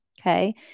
okay